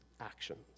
actions